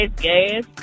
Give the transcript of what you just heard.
gas